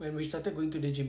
when we started going to the gym